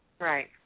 Right